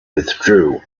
withdrew